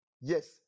Yes